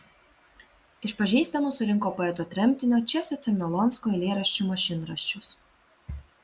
iš pažįstamų surinko poeto tremtinio česio cemnolonsko eilėraščių mašinraščius